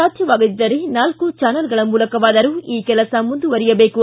ಸಾಧ್ಯವಾಗದಿದ್ದರೆ ನಾಲ್ಲು ಜಾನೆಲ್ಗಳ ಮೂಲಕವಾದರೂ ಈ ಕೆಲಸ ಮುಂದುವರೆಯಬೇಕು